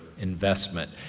investment